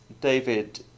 David